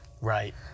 right